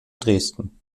dresden